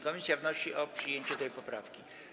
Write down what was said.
Komisja wnosi o przyjęcie tej poprawki.